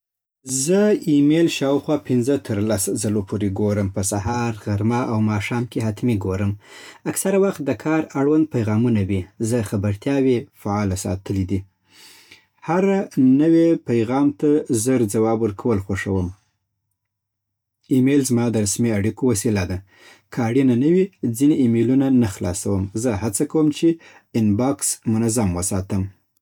زه ایمیل شاوخوا پنځه تر لس ځلو پورې ګورم. په سهار، غرمه او ماښام کې حتمي ګورم. اکثره وخت د کار اړوند پیغامونه وي. زه خبرتیاوې فعاله ساتلې دي. هره نوې پیغام ته زر ځواب ورکول خوښوم. ایمیل زما د رسمي اړیکو وسیله ده. که اړینه نه وي، ځینې ایمیلونه نه خلاصوم. زه هڅه کوم چې ان باکس منظم وساتم